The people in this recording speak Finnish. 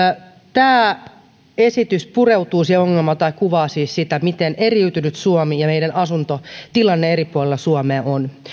tämä esitys pureutuu siihen ongelmaan tai kuvaa siis sitä miten eriytynyt suomi ja meidän asuntotilanne eri puolilla suomea on jos